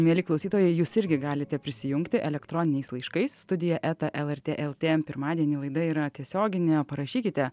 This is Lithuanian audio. mieli klausytojai jūs irgi galite prisijungti elektroniniais laiškais studija eta lrt lt pirmadienį laida yra tiesioginė parašykite